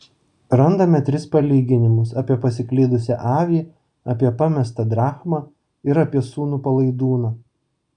randame tris palyginimus apie pasiklydusią avį apie pamestą drachmą ir apie sūnų palaidūną